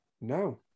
no